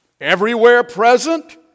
everywhere-present